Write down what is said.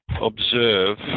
observe